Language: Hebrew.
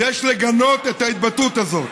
ויש לגנות את ההתבטאות הזאת.